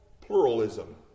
pluralism